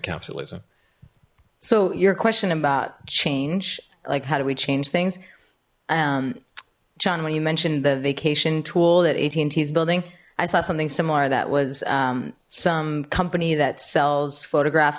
capitalism so your question about change like how do we change things john when you mentioned the vacation tool that at and t is building i saw something similar that was some company that sells photograph